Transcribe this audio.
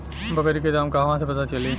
बकरी के दाम कहवा से पता चली?